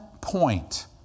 point